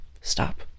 Stop